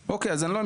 יש עוד הרבה.